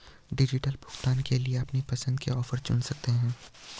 digital भुगतान के लिए अपनी पसंद के ऑफर चुन सकते है